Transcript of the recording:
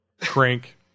crank